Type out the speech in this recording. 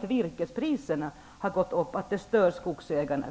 Att virkespriserna har gått upp stör också skogsägarna.